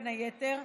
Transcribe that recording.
בין היתר,